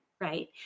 right